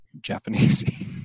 Japanese